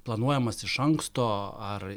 planuojamas iš anksto ar